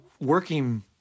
working